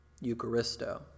eucharisto